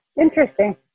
Interesting